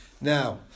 Now